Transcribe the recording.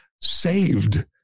saved